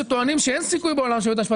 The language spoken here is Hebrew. שטוענים שאין סיכוי בעולם שבית המשפט